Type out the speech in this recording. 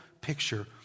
picture